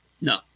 No